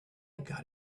got